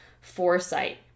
foresight